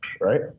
right